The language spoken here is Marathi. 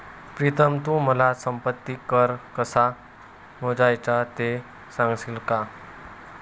प्रीतम तू मला संपत्ती कर कसा मोजायचा ते सांगशील का?